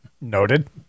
Noted